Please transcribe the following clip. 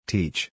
Teach